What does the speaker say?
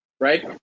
right